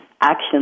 action